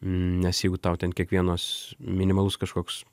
nes jeigu tau ten kiekvienas minimalus kažkoks